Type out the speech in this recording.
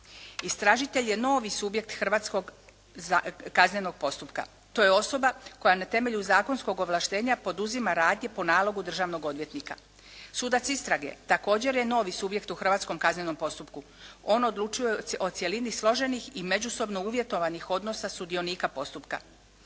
Istražitelj je novi subjekt hrvatskog kaznenog postupka. To je osoba koja na temelju zakonskog ovlaštenja poduzima radnje po nalogu državnog odvjetnika. Sudac istrage također je novi subjekt u hrvatskom kaznenom postupku. On odlučuje o cjelini složenih i međusobno uvjetovanih odnosa sudionika postupka.